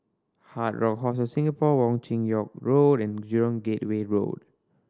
Hard Rock Hostel Singapore Wong Chin Yoke Road and Jurong Gateway Road